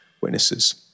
witnesses